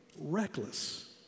reckless